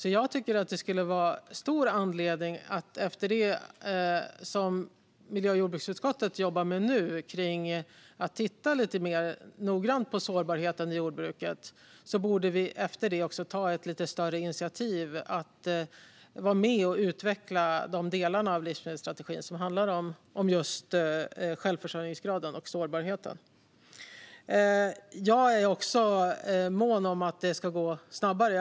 Efter det som miljö och jordbruksutskottet jobbar med nu, att titta mer noggrant på sårbarheten i jordbruket, tycker jag att vi borde ta ett lite större initiativ att vara med och utveckla de delar av livsmedelsstrategin som handlar om just självförsörjningsgraden och sårbarheten där. Jag är också mån om att det ska gå snabbare.